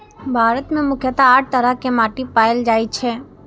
भारत मे मुख्यतः आठ तरह के माटि पाएल जाए छै